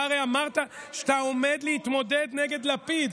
אתה הרי אמרת שאתה עומד להתמודד נגד לפיד,